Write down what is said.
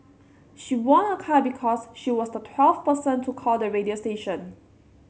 she won a car because she was the twelfth person to call the radio station